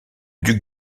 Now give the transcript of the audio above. duc